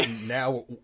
now